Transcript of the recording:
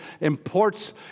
imports